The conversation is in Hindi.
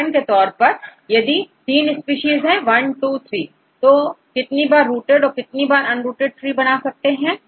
उदाहरण के तौर पर यदि तीन स्पीशीज है I II III तो है कितनी बार रूटेड और कितनी बार अनरूटेड ट्री बना सकते हैं